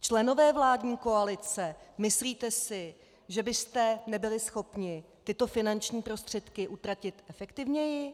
Členové vládní koalice, myslíte si, že byste nebyli schopni tyto finanční prostředky utratit efektivněji?